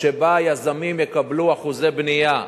שבה יזמים יקבלו אחוזי בנייה,